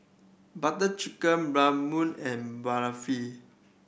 Butter Chicken Bratwurst and Balafel